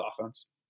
offense